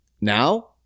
Now